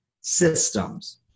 systems